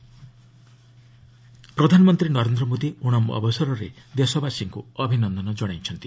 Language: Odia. ପିଏମ୍ ଓଣମ୍ ପ୍ରଧାନମନ୍ତ୍ରୀ ନରେନ୍ଦ୍ର ମୋଦି ଓଣମ୍ ଅବସରରେ ଦେଶବାସୀଙ୍କୁ ଅଭିନନ୍ଦନ ଜଣାଇଛନ୍ତି